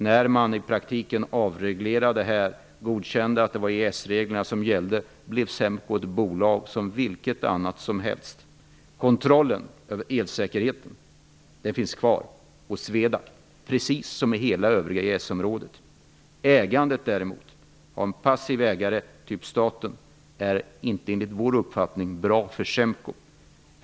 När det i praktiken blev en avreglering och man godkände EES-reglerna blev SEMKO ett bolag som vilket annat som helst. Kontrollen av elsäkerheten finns kvar hos En passiv ägare, t.ex. staten, är enligt vår uppfattning inte bra för SEMKO.